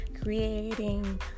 creating